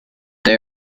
they